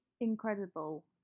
Incredible